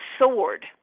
sword